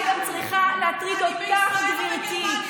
זו בעיה שצריכה להטריד גם אותך, גברתי.